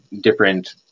different